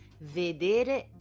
Vedere